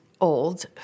old